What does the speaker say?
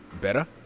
better